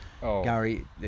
Gary